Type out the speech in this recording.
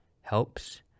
helps